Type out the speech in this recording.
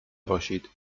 باشید